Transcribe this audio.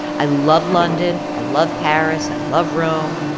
i love london. i love paris. i love rome.